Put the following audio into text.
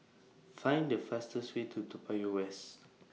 Find The fastest Way to Toa Payoh West